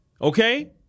Okay